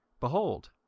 Behold